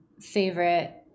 favorite